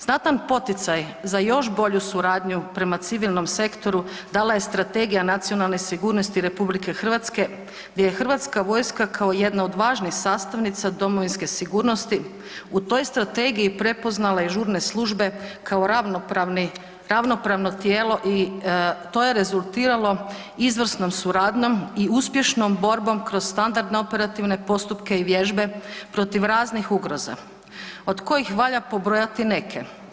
Znatan poticaj za još bolju suradnju prema civilnom sektoru dala je strategija nacionalne sigurnosti RH, gdje je HV kao jedna od važnih sastavnica domovinske sigurnosti u toj strategiji prepoznala i žurne službe, kao ravnopravno tijelo i to je rezultiralo izvrsnom suradnjom i uspješnom borbom kroz standardne operativne postupke i vježbe protiv raznih ugroza, od kojih valja pobrojati neke.